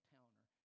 Towner